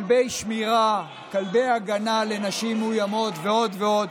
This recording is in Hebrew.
כלבי שמירה, כלבי הגנה לנשים מאוימות ועוד ועוד.